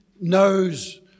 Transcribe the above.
knows